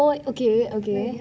o okay okay